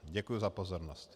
Děkuji za pozornost.